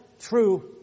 true